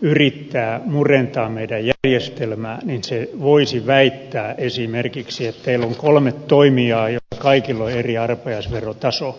yrittää murentaa meidän järjestelmäämme niin se voisi väittää esimerkiksi että teillä on kolme toimijaa joilla kaikilla on eri arpajaisverotaso